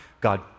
God